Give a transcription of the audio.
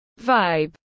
vibe